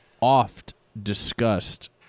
oft-discussed